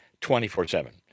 24-7